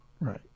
Right